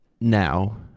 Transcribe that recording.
now